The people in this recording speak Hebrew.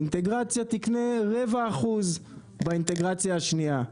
אינטגרציה תקנה רבע אחוז באינטגרציה השנייה.